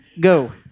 go